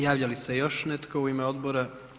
Javlja li se još netko u ime odbora?